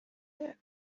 here